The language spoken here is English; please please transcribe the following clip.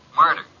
Murder